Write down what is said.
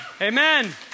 amen